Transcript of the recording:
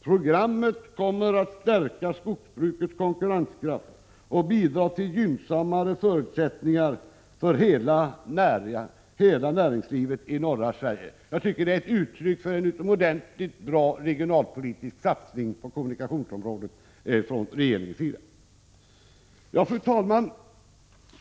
Programmet kommer att stärka skogsbru kets konkurrenskraft och bidra till gynnsammare förutsättningar för hela SEE - näringslivet i norra Sverige. Jag tycker att det är ett uttryck för en bed politiska eslui utomordentligt bra regionalpolitisk satsning på kommunikationsområdet från regeringens sida. Fru talman!